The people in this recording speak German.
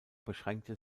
beschränkte